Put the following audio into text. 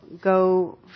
go